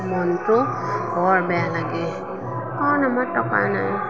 মনটো বৰ বেয়া লাগে কাৰণ আমাৰ টকা নাই